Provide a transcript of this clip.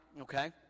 okay